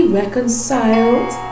reconciled